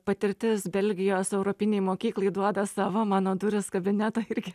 patirtis belgijos europinėj mokykloj duoda savo mano durys kabineto irgi